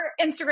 Instagram